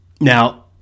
Now